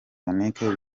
yannick